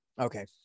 Okay